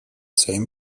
same